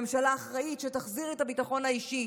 ממשלה אחראית שתחזיר את הביטחון האישי,